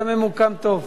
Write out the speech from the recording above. אתה ממוקם טוב.